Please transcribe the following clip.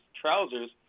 trousers